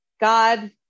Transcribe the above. God